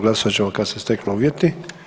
Glasovat ćemo kad se steknu uvjeti.